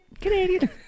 Canadian